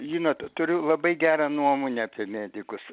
žinot turiu labai gerą nuomonę apie medikus